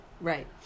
Right